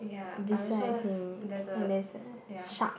beside here and it's a shark